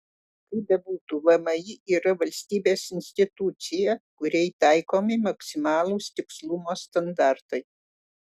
kaip bebūtų vmi yra valstybės institucija kuriai taikomi maksimalūs tikslumo standartai